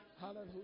hallelujah